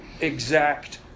exact